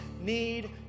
need